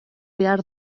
behar